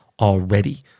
already